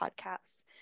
podcasts